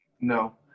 No